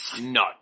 No